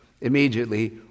immediately